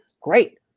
great